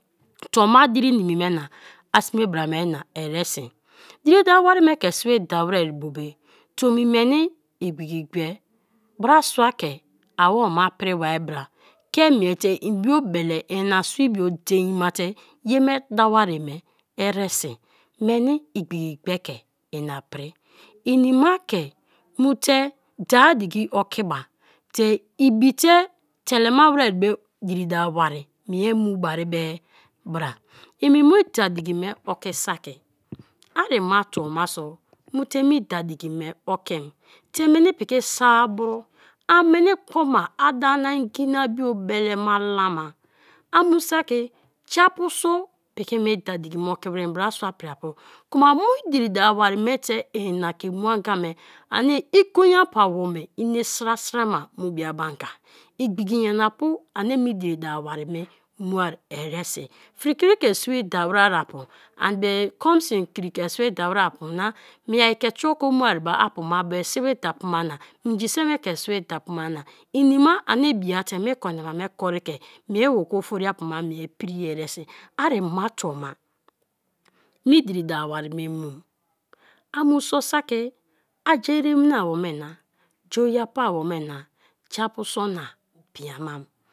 Tuoma diri nimi me na a se bra me na eresi diri dawo wari me ke sibida were bobe tomi weni igbiki gbe brasia ke awoma pri ma-a bra ke miete ibio bele, inasibio dein ma te ye me dawo ye me eresi meni igbiki gbeki ina pri inima ke mu te da-a diki oki ba te ibite telema were be diri dawa wari ie mu bari be bra; i mu me du diki me oki saki ari ma tuoma so mu te mie daa diki me okim te meni piki saa bro an meni kpoma a da na ngina biobelema lama; a mu saki ja-apu so piki me daa diki me oki were i brasua pri-apie kuma me diri dawo wari me te ien na ke mua gan me ani igon-apu awome ini sra sra ma mu bla be anga, igbiki nyana pu ani me diri dawo wari me mue eresi fri krdie ke sib da wari afu, ani be konsib kei ke sibda wariapu na, mie ke tro-i ko mua-pu na bu sibi da-apu mana, minji se me ke si bi da-apu ma na, ina ma ani biete me kon nama me korie ke mieba-ku oforiapu mie priye eresi ari ma tuoma me diri dawo wari me mum; a mu so saki aje eremnawome na je oijiapie awome na ja-apu so na bia mami